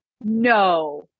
no